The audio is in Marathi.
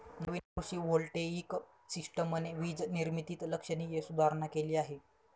नवीन कृषी व्होल्टेइक सिस्टमने वीज निर्मितीत लक्षणीय सुधारणा केली आहे